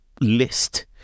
list